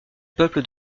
peuple